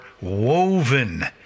woven